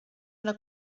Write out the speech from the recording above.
una